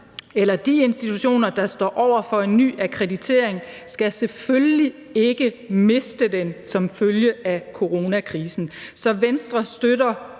for. De institutioner, der står over for en ny akkreditering, skal selvfølgelig ikke miste den som følge af coronakrisen. Så Venstre støtter